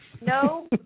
no